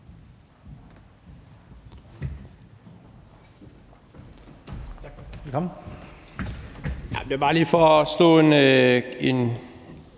Tak